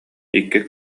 икки